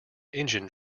engine